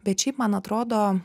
bet šiaip man atrodo